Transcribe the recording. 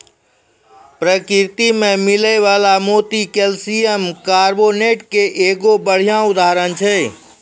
परकिरति में मिलै वला मोती कैलसियम कारबोनेट के एगो बढ़िया उदाहरण छै